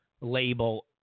label